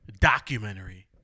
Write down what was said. Documentary